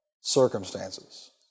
Circumstances